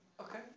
Okay